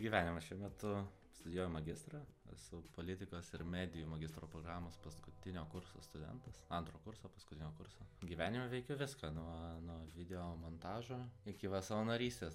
gyvenimas šiuo metu studijuoju magistrą esu politikas ir medijų magistro programos paskutinio kurso studentas antro kurso paskutinio kurso gyvenime veikiu viską nuo nuo video montažo iki va savanorystės